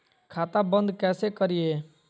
खाता बंद कैसे करिए?